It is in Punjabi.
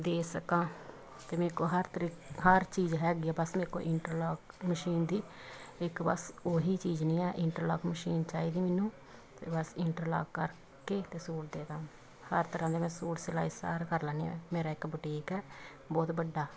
ਦੇ ਸਕਾਂ ਅਤੇ ਮੇਰੇ ਕੋਲ ਹਰ ਤਰੀਕੇ ਹਰ ਚੀਜ਼ ਹੈਗੀ ਆ ਬਸ ਮੇਰੇ ਕੋਈ ਇੰਟਰਲੋਕ ਮਸ਼ੀਨ ਦੀ ਇੱਕ ਬਸ ਉਹੀ ਚੀਜ਼ ਨਹੀਂ ਹੈ ਇੰਟਰਲੋਕ ਮਸ਼ੀਨ ਚਾਹੀਦੀ ਮੈਨੂੰ ਅਤੇ ਬਸ ਇੰਟਰਲੋਕ ਕਰ ਕੇ ਅਤੇ ਸੂਟ ਦੇ ਦਾ ਹਰ ਤਰ੍ਹਾਂ ਦੇ ਮੈਂ ਸੂਟ ਸਿਲਾਈ ਸਾਰ ਕਰ ਲੈਂਦੀ ਮੇਰਾ ਇੱਕ ਬੁਟੀਕ ਹੈ ਬਹੁਤ ਵੱਡਾ